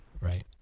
Right